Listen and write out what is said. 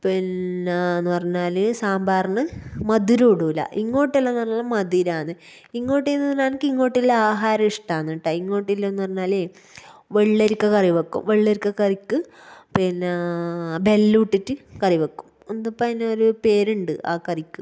പിന്നെ എന്ന് പറഞ്ഞാല് സാമ്പാറിന് മധുരം ഇടില്ല ഇങ്ങോട്ടെല്ലാം നല്ല മധുരമാണ് ഇങ്ങോട്ട് എന്ന് പറഞ്ഞാലെനിക്ക് ഇങ്ങോട്ടുള്ള ആഹാരം ഇഷ്ടമാണ് കേട്ടോ ഇങ്ങോട്ടുള്ളതെന്ന് പറഞ്ഞാലേ വെള്ളരിക്ക കറിവെക്കും വെള്ളരിക്ക കറിക്ക് പിന്നെ ബെല്ലവും ഇട്ടിട്ട് കറി വെക്കും എന്തുപ്പാ അതിനൊരു പേരുണ്ട് ആ കറിക്ക്